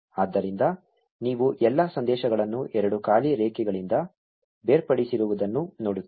ಆದ್ದರಿಂದ ನೀವು ಎಲ್ಲಾ ಸಂದೇಶಗಳನ್ನು ಎರಡು ಖಾಲಿ ರೇಖೆಗಳಿಂದ ಬೇರ್ಪಡಿಸಿರುವುದನ್ನು ನೋಡುತ್ತೀರಿ